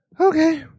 Okay